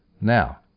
Now